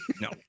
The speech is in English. No